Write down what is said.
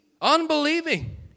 Unbelieving